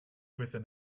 within